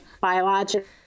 biological